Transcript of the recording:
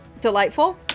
Delightful